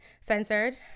censored